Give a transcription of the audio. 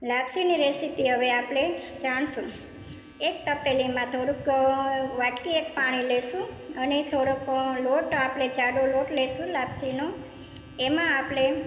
લાપસીની recipe હવે આપણે જાણીશું એક તપેલીમાં થોડુંક વાટકી એક પાણી લઈશું અને થોડોક લોટ આપણે જાડો લોટ લઈશું લાપસીનો એમાં આપણે